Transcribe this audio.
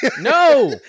no